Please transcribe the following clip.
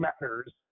matters